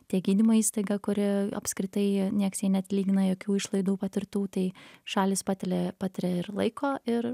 tiek gydymo įstaiga kuri apskritai nieks jai neatlygina jokių išlaidų patirtų tai šalys patilia patiria ir laiko ir